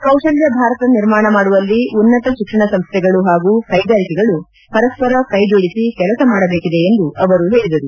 ಕೌಶಲ್ಯ ಭಾರತ ನಿರ್ಮಾಣ ಮಾಡುವಲ್ಲಿ ಉನ್ನತ ಶಿಕ್ಷಣ ಸಂಸ್ಥೆಗಳು ಹಾಗೂ ಕೈಗಾರಿಕೆಗಳು ಪರಸ್ಪರ ಕೈಜೋಡಿಸಿ ಕೆಲಸ ಮಾಡಬೇಕಿದೆ ಎಂದು ಅವರು ಹೇಳಿದರು